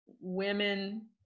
women